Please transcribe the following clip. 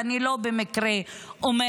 ואני לא אומרת במקרה מבלה,